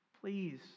Please